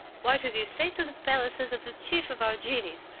what would you say to the palaces of the chief of our genies,